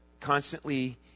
constantly